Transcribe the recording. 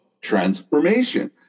transformation